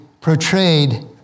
portrayed